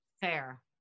Fair